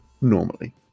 normally